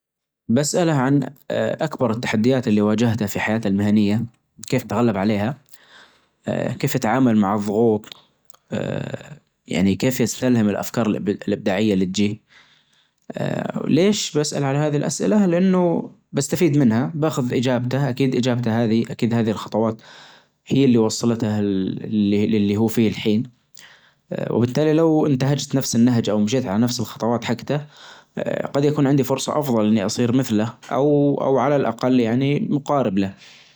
بسأله عن أكبر التحديات اللي واجهتها في حياته المهنية كيف تغلب عليها؟ آآ كيف اتعامل مع الظغوط؟ آآ يعني كيف يستلهم الأفكار الأب-الإبداعية اللي تجيه؟ ليش بسأل على هذي الاسئلة؟ لأنه بستفيد منها بأخذ إجابته أكيد إجابته هذي أكيد هذي الخطوات هي اللي وصلته للى-للي هو فيه الحين، آآ وبالتالي لو انتهجت نفس النهج أو مشيت على نفس الخطوات حجته آآ قد يكون عندي فرصة أفضل إني أصير مثله أو-أو على الأقل يعني مقارب له.